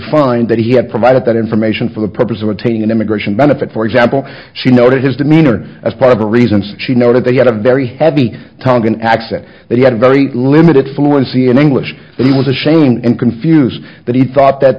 find that he had provided that information for the purpose of obtaining an immigration benefit for example she noted his demeanor as part of the reasons she noted they had a very heavy tongan accent that he had a very limited fluency in english that he was ashamed and confused that he thought that